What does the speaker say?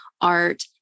art